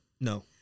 No